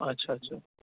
اچھا اچھا